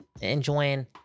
Enjoying